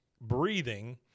breathing